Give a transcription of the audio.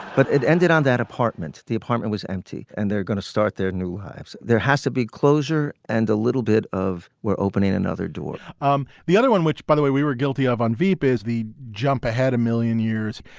but it ended on that apartment. the apartment was empty. and they're going to start their new lives. there has to be closure and a little bit of where opening another door um the other one, which, by the way, we were guilty of on veep, is the jump ahead a million years.